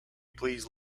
please